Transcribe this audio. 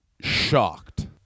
shocked